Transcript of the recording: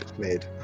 made